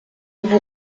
vous